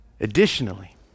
Additionally